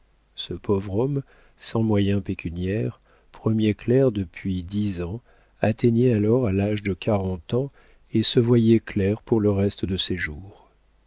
ce pauvre homme sans moyens pécuniaires premier clerc depuis dix ans atteignait alors à l'âge de quarante ans et se voyait clerc pour le reste de ses jours